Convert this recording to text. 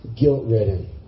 guilt-ridden